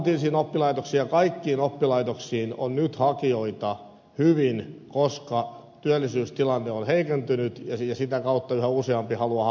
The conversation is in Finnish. ammatillisiin oppilaitoksiin ja kaikkiin oppilaitoksiin on nyt hakijoita hyvin koska työllisyystilanne on heikentynyt ja sitä kautta yhä useampi haluaa hakeutua koulutukseen